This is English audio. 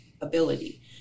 ability